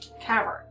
cavern